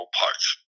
parts